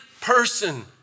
person